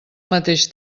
mateix